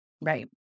Right